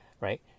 right